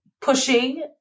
pushing